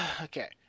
Okay